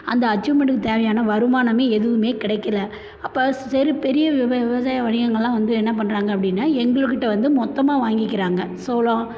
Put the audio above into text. அந்த அச்சீவ்மெண்ட்டுக்கு தேவையான வருமானமே எதுவுமே கிடைக்கில அப்போது சரி பெரிய விவ விவசாய வணிகங்களெலாம் வந்து என்ன பண்ணுறாங்க அப்படின்னா எங்களுக்கிட்ட வந்து மொத்தமாக வாங்கிக்கிறாங்க சோளம்